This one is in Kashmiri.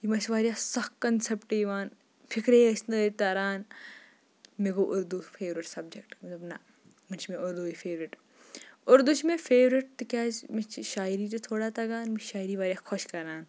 یِم ٲسۍ واریاہ سَکھ کَنسٮ۪پٹ یِوان فِکرے ٲسۍ نہٕ أتۍ تَران مےٚ گوٚو اُردوٗ فیورِٹ سَبجَکٹ مےٚ دوٚپ نہ وۄنۍ چھِ مےٚ اردوٗ وٕے فیورِٹ اردوٗ چھِ مےٚ فیورِٹ تِکیٛازِ مےٚ چھِ شاعری تہِ تھوڑا تگان مےٚ چھِ شاعری وارایاہ خۄش کَران